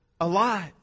Alive